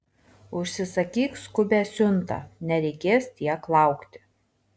užsisakyk skubią siuntą nereikės tiek laukti